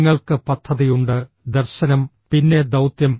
നിങ്ങൾക്ക് പദ്ധതിയുണ്ട് ദർശനം പിന്നെ ദൌത്യം